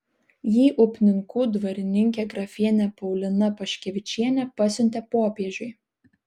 jį upninkų dvarininkė grafienė paulina paškevičienė pasiuntė popiežiui